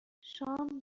شام